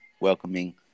welcoming